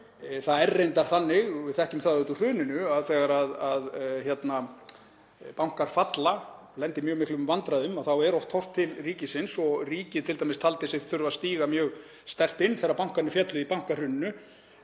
Það er reyndar þannig, og við þekkjum það úr hruninu, að þegar bankar falla, lenda í mjög miklum vandræðum, þá er oft horft til ríkisins. Ríkið taldi sig t.d. þurfa að stíga mjög sterkt inn þegar bankarnir féllu í bankahruninu,